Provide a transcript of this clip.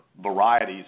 varieties